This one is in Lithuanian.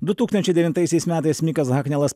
du tūkstančiai devintaisiais metais mikas haknelas